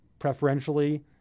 Preferentially